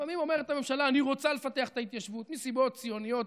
לפעמים אומרת הממשלה: אני רוצה לפתח את ההתיישבות מסיבות ציוניות,